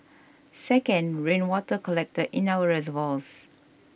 second rainwater collected in our reservoirs